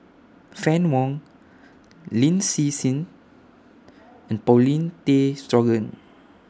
Fann Wong Lin Hsin Hsin and Paulin Tay Straughan